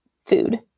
food